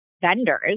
vendors